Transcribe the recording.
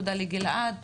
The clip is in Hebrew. תודה לגלעד,